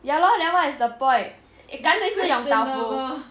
ya lor then what's the point 干脆吃 yung tau fu